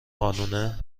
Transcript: قانونه